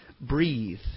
breathe